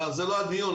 אבל זה לא הדיון.